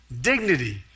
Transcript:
dignity